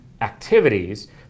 activities